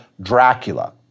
Dracula